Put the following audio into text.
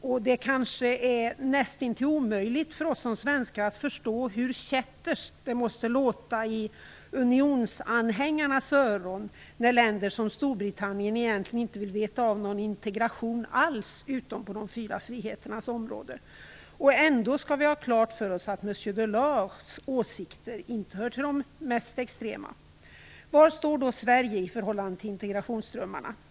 För oss svenskar är det nästintill omöjligt att förstå hur kätterskt det måste låta i unionsanhängarnas öron när länder som Storbritannien egentligen inte vill veta av någon integration alls, utom på de fyra friheternas område. Vi skall ha klart för oss att Monsieur Delors åsikter inte hör till de mest extrema. Var står Sverige i förhållande till integrationsdrömmarna?